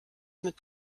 mit